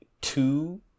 two